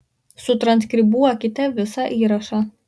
sutranskribuokite visą įrašą